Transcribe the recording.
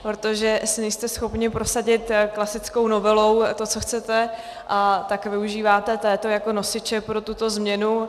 Protože asi nejste schopni prosadit klasickou novelou to, co chcete, tak využíváte této jako nosiče pro tuto změnu.